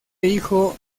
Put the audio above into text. hijo